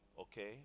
Okay